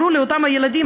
אמרו לי אותם הילדים,